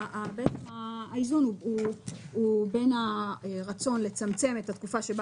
האיזון הוא עם הרצון לצמצם את התקופה שבה